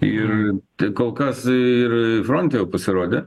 ir tai kol kas ir fronte jau pasirodė